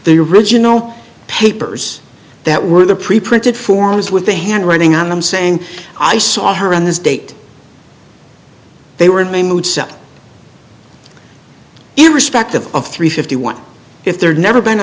the original papers that were in the preprinted forms with the handwriting on them saying i saw her on this date they were in a mood so irrespective of three fifty one if there never been